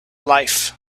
life